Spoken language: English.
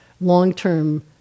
long-term